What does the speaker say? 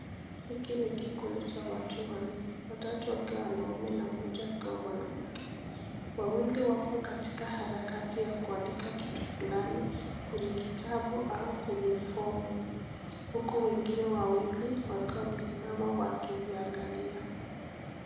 Hiki ni kikundi cha watu wanne. Watatu wakiwa wanaume na moja akiwa mwanamke. Waeili wapo katika harakati ya kuandika kitu fulani kwenye kitabu au kwenye fomu. Huku wengine wawili wakiwa wamesimama wakiziangalia.